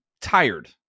tired